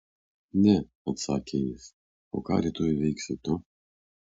ne atsakė jis o ką rytoj veiksi tu